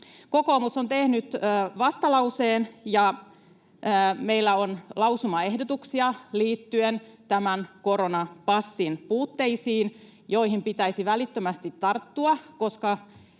Kokoomus on tehnyt vastalauseen, ja meillä on lausumaehdotuksia liittyen tämän koronapassin puutteisiin, joihin pitäisi välittömästi tarttua,